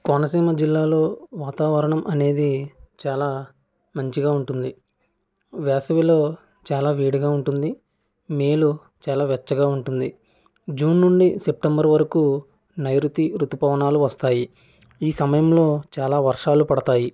కోనసీమ జిల్లాలో వాతావరణం అనేది చాలా మంచిగా ఉంటుంది వేసవిలో చాలా వేడిగా ఉంటుంది మే లో చాలా వెచ్చగా ఉంటుంది జూన్ నుండి సెప్టెంబర్ వరకు నైరుతి ఋతుపవనాలు వస్తాయి ఈ సమయంలో చాలా వర్షాలు పడతాయి